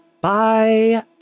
Bye